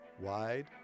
wide